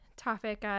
Topic